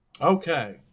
Okay